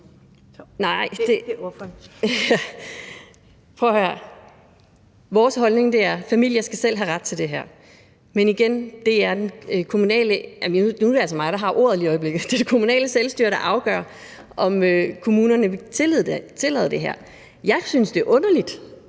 Vores holdning er, at familierne selv skal have ret til det her, men det er det kommunale selvstyre, der afgør, om kommunerne vil tillade det. Jeg synes, det er underligt,